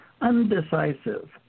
undecisive